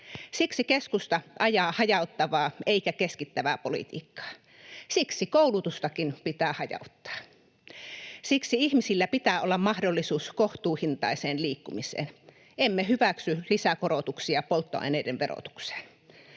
Siksi keskusta ajaa hajauttavaa eikä keskittävää politiikkaa. Siksi koulutustakin pitää hajauttaa. Siksi ihmisillä pitää olla mahdollisuus kohtuuhintaiseen liikkumiseen. Emme hyväksy lisäkorotuksia polttoaineiden verotukseen.